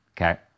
okay